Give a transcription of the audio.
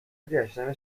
گشتن